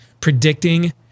predicting